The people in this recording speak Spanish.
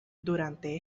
durante